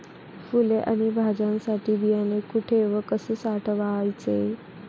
फुले आणि भाज्यांसाठी बियाणे कुठे व कसे साठवायचे?